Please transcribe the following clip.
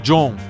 John